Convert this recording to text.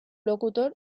locutor